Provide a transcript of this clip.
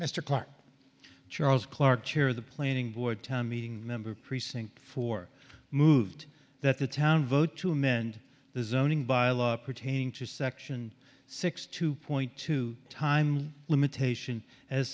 clarke charles clarke chair the planning board town meeting member of precinct four moved that the town vote to amend the zoning by law pertaining to section six two point two time limitation as